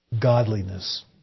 godliness